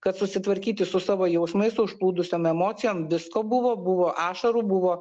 kad susitvarkyti su savo jausmais užplūdusiom emocijom visko buvo buvo ašarų buvo